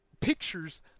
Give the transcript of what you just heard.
pictures